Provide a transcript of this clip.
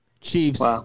Chiefs